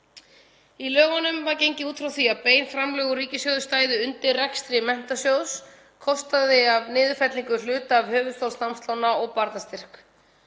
Í lögunum var gengið út frá því að bein framlög úr ríkissjóði stæðu undir rekstri Menntasjóðs, kostnaði af niðurfellingu hluta af höfuðstól námslána og barnastyrk.